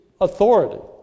authority